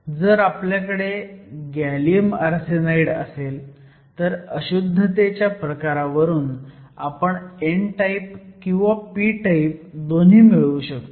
जर आपल्याकडे gallium arsenide असेल तर अशुद्धतेच्या प्रकारावरून आपण n टाईप किंवा p टाईप दोन्ही मिळवू शकतो